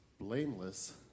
blameless